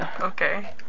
Okay